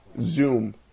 Zoom